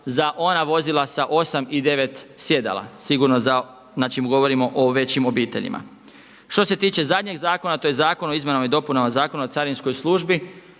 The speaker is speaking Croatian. za ona vozila sa 8 i 9 sjedala, sigurno za, znači govorimo o većim obiteljima. Što se tiče zadnjeg zakona, to je Zakon o izmjenama i dopunama Zakona o carinskoj službi,